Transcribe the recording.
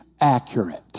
Accurate